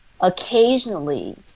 occasionally